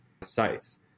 sites